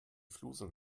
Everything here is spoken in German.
flusen